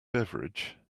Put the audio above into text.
beverage